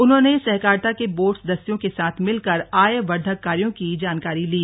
उन्होंने सहकारिता के बोर्ड सदस्यों के साथ मिलकर आयवर्द्धक कार्यों की जानकारी ली